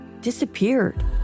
disappeared